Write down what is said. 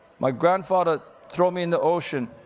my grandfather throw me in the ocean,